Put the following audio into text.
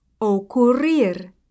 Ocurrir